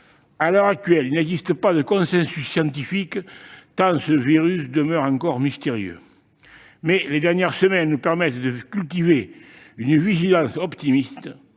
à l'heure actuelle, il n'existe pas de consensus scientifique, tant ce virus demeure mystérieux. Toutefois, les dernières semaines nous permettent d'exercer une vigilance optimiste,